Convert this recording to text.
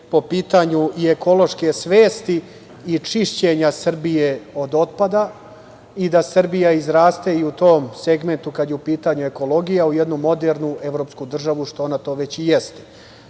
po pitanju ekološke svesti i čišćenja Srbije od otpada i da Srbija izraste u tom segmentu, kada je u pitanju ekologija, u jednu modernu evropsku državu, što već i